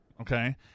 okay